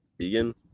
vegan